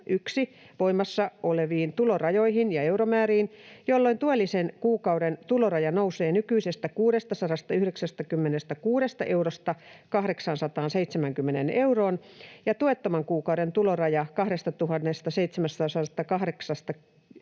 voimassa oleviin tulorajoihin ja euromääriin, jolloin tuellisen kuukauden tuloraja nousee nykyisestä 696 eurosta 870 euroon ja tuettoman kuukauden tuloraja 2 078 eurosta